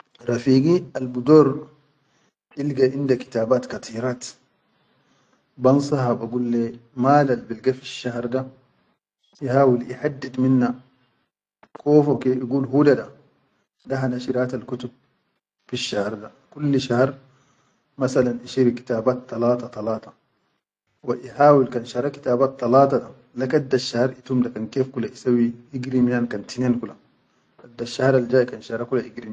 Rafigi al bidor ilga inda kitabat kateerat ban saha ba gulleya malal bilga fisshahar da, ihawil ihaddid minna kofoke igul hudada be hanal shiratal kutub fisshar da kulli shahar, masalan ishiri kitabat, talata talata wa ihawil kan shara kitab talata da gadda shahar itum da kan kef isawwi igiri miyan kan tinen kula dadda al shaharal al jay kan shara.